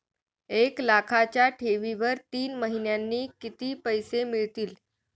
एक लाखाच्या ठेवीवर तीन महिन्यांनी किती पैसे मिळतील?